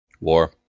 War